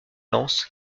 lance